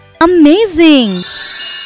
Amazing